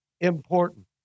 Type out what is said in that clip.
important